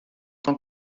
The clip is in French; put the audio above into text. tant